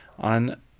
On